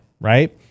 right